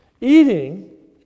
Eating